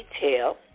detail